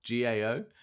GAO